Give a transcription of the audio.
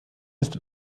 ist